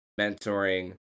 mentoring